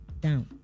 down